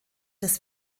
des